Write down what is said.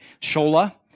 Shola